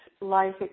life